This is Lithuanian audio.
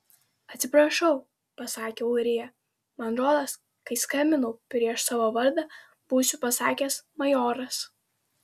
atsiprašau pasakė ūrija man rodos kai skambinau prieš savo vardą būsiu pasakęs majoras